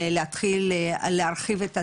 להתחיל להרחיב את הטיפול,